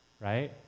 right